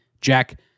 Jack